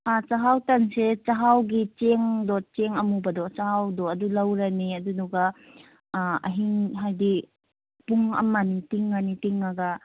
ꯆꯥꯛꯍꯥꯎ ꯇꯟꯁꯦ ꯆꯥꯛꯍꯥꯎꯒꯤ ꯆꯦꯡꯗꯣ ꯆꯦꯡ ꯑꯃꯨꯕꯗꯣ ꯆꯥꯛꯍꯥꯎꯗꯣ ꯑꯗꯨ ꯂꯧꯔꯅꯤ ꯑꯗꯨꯗꯨꯒ ꯑꯍꯤꯡ ꯍꯥꯏꯗꯤ ꯄꯨꯡ ꯑꯃꯅꯤ ꯇꯤꯡꯉꯅꯤ ꯇꯤꯡꯉꯒ